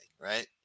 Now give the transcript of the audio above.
right